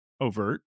overt